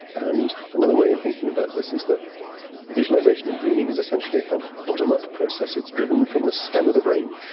and another way of thinking about this is that visualisation in dreaming is essentially a kind of bottom-up process, it's driven from the stem of the brain,